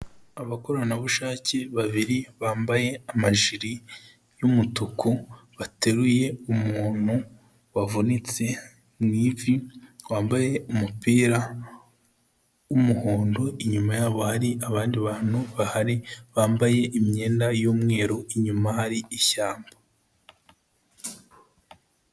Abakoranabushake babiri bambaye amajiri y'umutuku bateruye umuntu wavunitse mu ivi, twambaye umupira w'umuhondo, inyuma yabo hari abandi bantu bahari bambaye imyenda y'umweru, inyuma hari ishyamba.